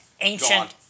Ancient